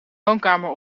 woonkamer